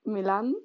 Milan